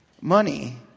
Money